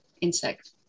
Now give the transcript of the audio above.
insect